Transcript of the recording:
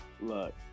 Look